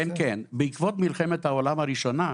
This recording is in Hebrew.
כן, בעקבות מלחמת העולם הראשונה,